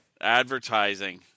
Advertising